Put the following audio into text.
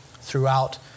throughout